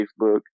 Facebook